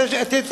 בדיוק.